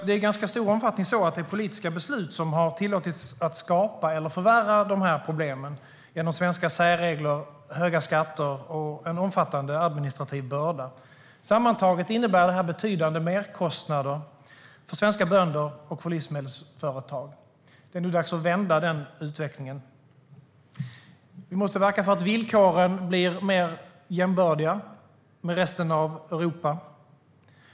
Det är i ganska stor utsträckning politiska beslut som har tillåtits skapa eller förvärra de här problemen genom svenska särregler, höga skatter och en omfattande administrativ börda. Sammantaget innebär det betydande merkostnader för svenska bönder och för livsmedelsföretag. Det är nu dags att vända den utvecklingen. Vi måste verka för att villkoren blir mer jämbördiga med resten av Europa.